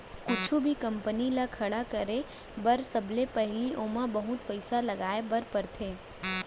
कुछु भी कंपनी ल खड़ा करे बर सबले पहिली ओमा बहुत पइसा लगाए बर परथे